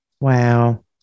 Wow